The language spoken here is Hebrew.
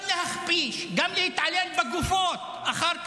אבל להכפיש, גם להתעלל בגופות אחר כך,